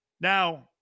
Now